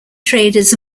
traders